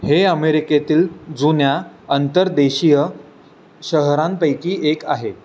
हे अमेरिकेतील जुन्या अंतरदेशीय शहरांपैकी एक आहे